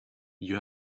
you